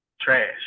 trash